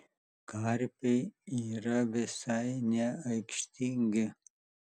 karpiai yra visai neaikštingi